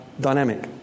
dynamic